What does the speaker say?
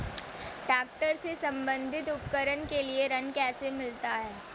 Tractor से संबंधित उपकरण के लिए ऋण कैसे मिलता है?